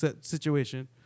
situation